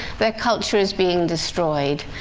their culture is being destroyed,